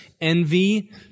envy